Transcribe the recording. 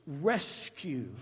rescue